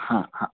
हां हां